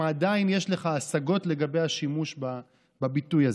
עדיין יש לך השגות לגבי השימוש בביטוי הזה.